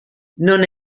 non